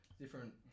different